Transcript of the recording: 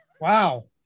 Wow